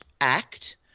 act